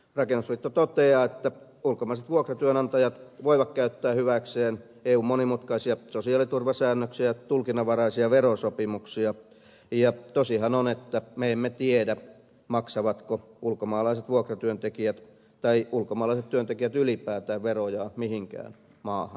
rakennusliitto toteaa että ulkomaiset vuokratyönantajat voivat käyttää hyväkseen eun monimutkaisia sosiaaliturvasäännöksiä tulkinnanvaraisia verosopimuksia ja tosihan on että me emme tiedä maksavatko ulkomaalaiset vuokratyöntekijät tai ulkomaalaiset työntekijät ylipäätään veroja mihinkään maahan